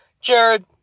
Jared